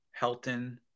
Helton